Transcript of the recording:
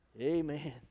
Amen